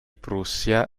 prussia